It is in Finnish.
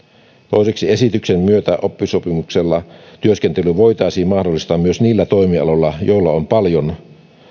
toiseksi esityksen myötä oppisopimuksella työskentely voitaisiin mahdollistaa myös niillä toimialoilla joilla on on paljon